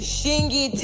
Shingy